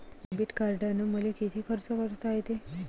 Debit कार्डानं मले किती खर्च करता येते?